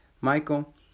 Michael